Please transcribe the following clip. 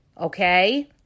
okay